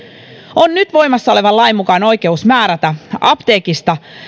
on nyt voimassa olevan lain mukaan oikeus määrätä apteekista